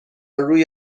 روی